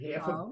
half